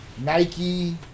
Nike